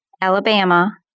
Alabama